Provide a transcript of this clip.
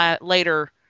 later